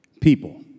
people